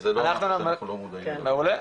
מעולה.